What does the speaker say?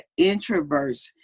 introverts